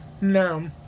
No